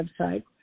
website